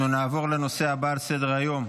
אנחנו נעבור לנושא הבא על סדר-היום,